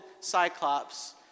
cyclops